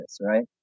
right